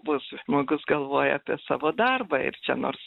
bus žmogus galvoja apie savo darbą ir čia nors